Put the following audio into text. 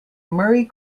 murray